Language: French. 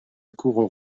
cour